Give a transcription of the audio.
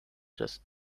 just